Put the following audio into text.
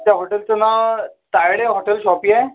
त्या हॉटेलचं नाव तायडे हॉटेल शॉपी आहे